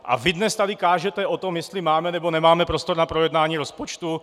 A vy dnes tady kážete o tom, jestli máme nebo nemáme prostor na projednání rozpočtu?